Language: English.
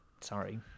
Sorry